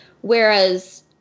Whereas